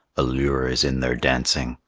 a lure is in their dancing,